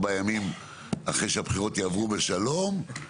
ארבעה ימים אחרי שהבחירות יעברו בשלום,